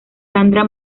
sandra